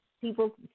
People